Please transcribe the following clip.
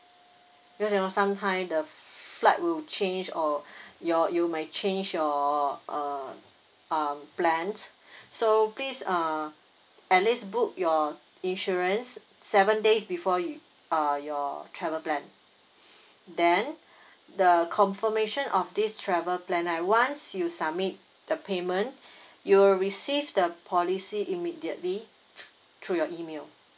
because you know sometime the flight will change or your you my change your uh um plan so please uh at least book your insurance seven days before you uh your travel plan then the confirmation of this travel plan right once you submit the payment you will receive the policy immediately through through your email